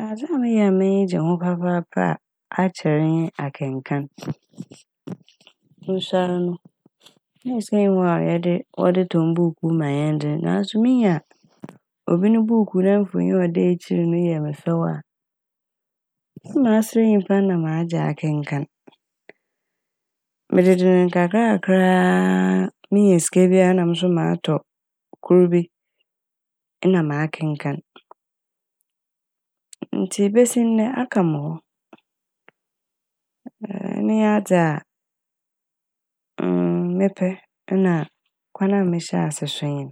adze a meyɛ a m'enyi gye ho papaapa a akyɛr nye akenkan Mosuar no na sika nnyi hɔ a yɛde- wɔde tɔ mbuukuu ma hɛn dze naaso minya obi ne buukuu na mfonyin a ɔda ekyir no yɛ me fɛw a na maserɛ nyimpa n' na magye akenkan. Megyegye ne nkakrakraa a minya sika bi a na moso matɔ kor bi nna makenkan. Ntsi besi ndɛ aka mo hɔ ɛno nye adze a mepɛ nna kwan a mehyɛɛ ase so nye n'.